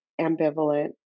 ambivalent